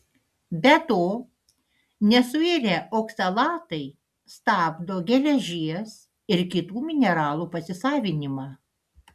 be to nesuirę oksalatai stabdo geležies ir kitų mineralų pasisavinimą